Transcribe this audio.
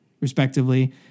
respectively